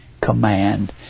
command